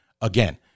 again